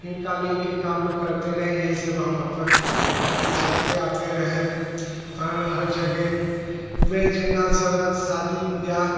फिर क़ालीन के काम में करते रहें यही सब हम वहाँ पर करते चलते आते रहें अपन हर जगह में जितना सौगात शादी बियाह